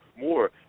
more